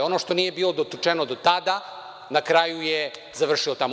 Ono što nije bilo dotučeno do tada na kraju je završilo tamo.